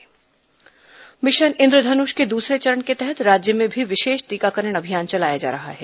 विशेष टीकाकरण सप्ताह मिशन इंद्रधनुष के दूसरे चरण के तहत राज्य में भी विशेष टीकाकरण अभियान चलाया जा रहा है